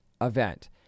event